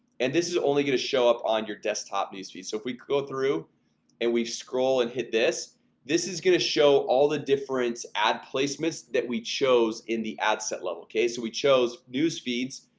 and this is only gonna show up on your desktop newsfeed so if we go through and we scroll and hit this this is gonna show all the difference ad placements that we chose in the ad set level okay so we chose news feeds.